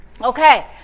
Okay